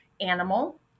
animal